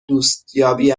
دوستیابی